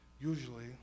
Usually